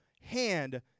hand